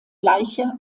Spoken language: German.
gleiche